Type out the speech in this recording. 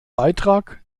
beitrag